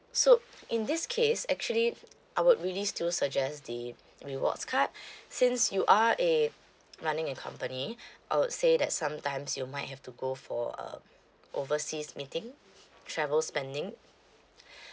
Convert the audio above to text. so in this case actually I would really still suggest the rewards card since you are a running a company I would say that sometimes you might have to go for uh overseas meeting travel spending